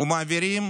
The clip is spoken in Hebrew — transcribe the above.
מעבירים